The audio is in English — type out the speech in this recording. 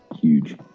Huge